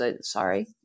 Sorry